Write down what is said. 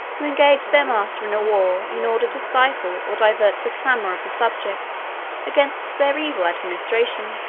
who engage their master in a war, in order to stifle or divert the clamour of the subjects against their evil administration.